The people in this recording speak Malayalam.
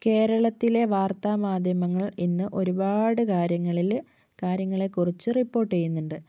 കേരളത്തിലെ വാർത്താ മാധ്യമങ്ങൾ ഇന്ന് ഒരുപാട് കാര്യങ്ങളിൽ കാര്യങ്ങളെക്കുറിച്ച് റിപ്പോർട്ട് ചെയ്യുന്നുണ്ട്